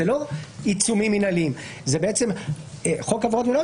אלה לא עיצומים מינהליים אלא חוק עבירות מינהליות